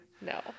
No